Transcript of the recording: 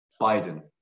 biden